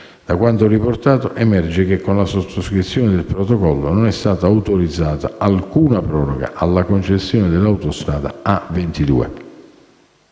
Da quanto riportato, emerge che con la sottoscrizione del protocollo non è stata autorizzata alcuna proroga alla concessione dell'autostrada A22.